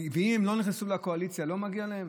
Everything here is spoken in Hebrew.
אם הם לא נכנסו לקואליציה, לא מגיע להם?